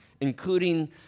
Including